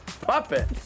puppet